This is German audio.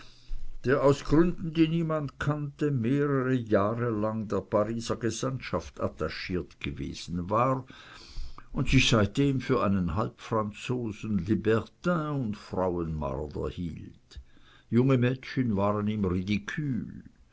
der aus gründen die niemand kannte mehrere jahre lang der pariser gesandtschaft attachiert gewesen war und sich seitdem für einen halbfranzosen libertin und frauenmarder hielt junge mädchen waren ihm